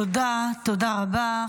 תודה רבה.